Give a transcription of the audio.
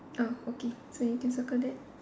oh okay so you can circle that